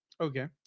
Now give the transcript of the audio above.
Okay